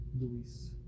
Luis